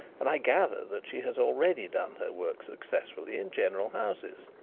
and i gather that she has already done her work successfully in general houses.